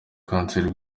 kanseri